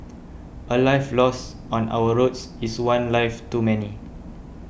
a life lost on our roads is one life too many